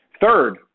Third